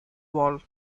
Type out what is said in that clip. wall